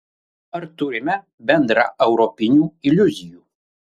ar turime bendraeuropinių iliuzijų